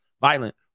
violent